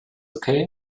okay